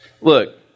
look